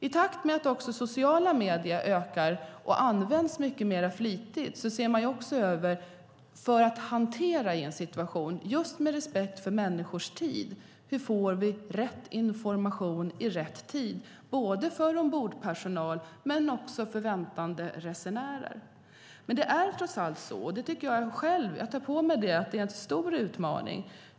I takt med att sociala medier ökar och används flitigare ser man också över möjligheten att utnyttja dem för att hantera en situation med respekt för människors tid. Det handlar om hur vi får rätt information i rätt tid både för ombordpersonal och för väntande resenärer. Men det är en stor utmaning, och det tar jag själv på mig.